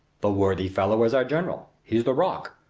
the worthy fellow is our general he is the rock,